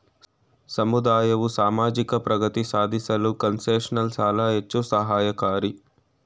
ಸಮುದಾಯವು ಸಾಮಾಜಿಕ ಪ್ರಗತಿ ಸಾಧಿಸಲು ಕನ್ಸೆಷನಲ್ ಸಾಲ ಹೆಚ್ಚು ಸಹಾಯಕಾರಿ